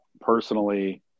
personally